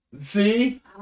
See